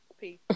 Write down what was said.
Peace